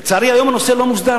לצערי, היום הנושא לא מוסדר.